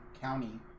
county